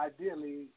ideally